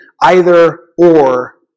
either-or